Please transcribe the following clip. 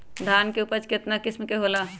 धान के उपज केतना किस्म के होला?